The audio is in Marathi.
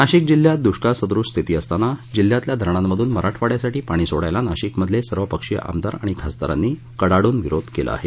नाशिक जिल्ह्यात दुष्काळसदृश स्थिती असताना जिल्ह्यातील धरणांमधून मराठवाड्यासाठी पाणी सोडायला नाशिक मधील सर्व पक्षीय आमदार आणि खासदारांनी कडाडून विरोध केला आहे